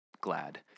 glad